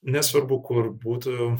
nesvarbu kur būtų